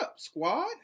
Squad